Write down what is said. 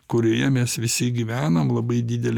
kurioje mes visi gyvenam labai didelį